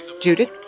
Judith